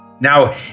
Now